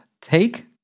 take